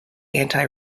anti